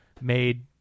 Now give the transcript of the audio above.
made